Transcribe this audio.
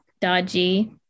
dodgy